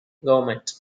government